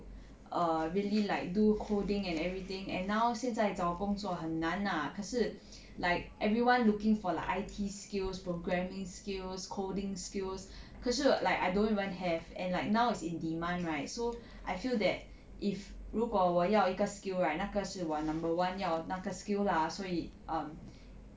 err really like do coding and everything and now 现在找工作很难 lah 可是 like everyone looking for like I_T skills programming skills coding skills 可是 like I don't even have and like now is in demand right so I feel that if 如果我要一个 skill right 那个是我 number one 要那个 skill lah 所以 um